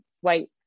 white